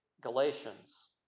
Galatians